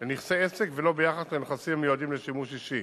לנכסי עסק ולא ביחס לנכסים המיועדים לשימוש אישי,